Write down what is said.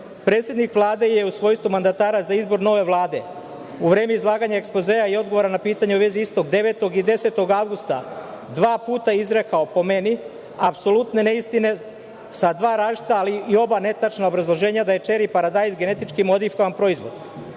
Predsednik Vlade je u svojstvu mandatara za izbor nove Vlade, u vreme izlaganja ekspozea i odgovora na pitanje u vezi istog 9. i 10. avgusta, dva puta izrekao, po meni, apsolutne neistine sa dva različita ali i oba netačna obrazloženja da je čeri paradajz genetički modifikovan proizvod.